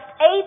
eight